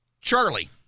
Charlie